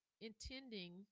intending